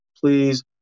please